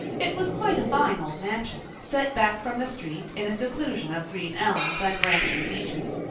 it was quite a fine old mansion, set back from the street in a seclusion of green elms and branching beeches.